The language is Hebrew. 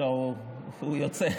לא, הוא יוצא.